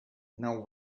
now